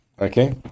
Okay